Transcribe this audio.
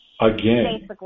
again